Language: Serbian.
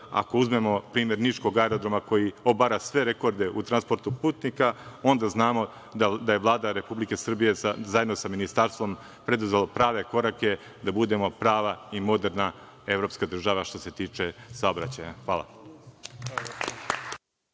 ako uzmemo primer niškog aerodroma, koji obara sve rekorde transporta putnika, onda znamo da je Vlada Republike Srbije zajedno sa ministarstvo preduzela prave korake da budemo prava i moderna evropska država, što se tiče saobraćaja. Hvala.